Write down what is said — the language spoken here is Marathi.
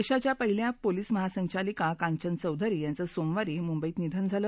देशाच्या पहिल्या पोलीस महासंचालिका कांचन चौधरी यांचं सोमवारी मुंबईत निधन झालं